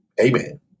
Amen